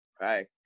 Right